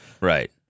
Right